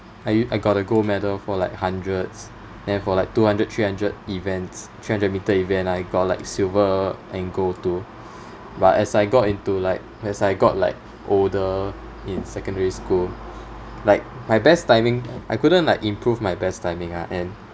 I u~ I got a gold medal for like hundreds then for like two hundred three hundred events three hundred meter event I got like silver and gold too but as I got into like as I got like older in secondary school like my best timing I couldn't like improve my best timing ah and